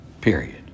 period